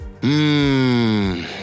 Mmm